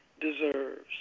deserves